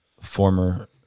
former